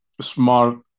smart